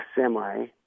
semi